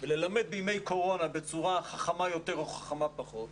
וללמד בימי קורונה בצורה חכמה יותר או חכמה פחות.